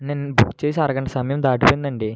నేను బుక్ చేసి అరగంట సమయం దాటిపోయింది అండి